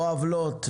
או עוולות,